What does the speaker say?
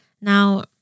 Now